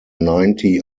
ninety